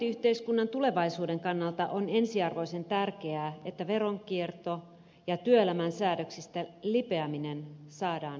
hyvinvointiyhteiskunnan tulevaisuuden kannalta on ensiarvoisen tärkeää että veronkierto ja työelämän säädöksistä lipeäminen saadaan kitkettyä pois